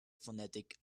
phonetic